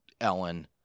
Ellen